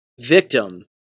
victim